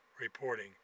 reporting